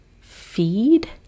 feed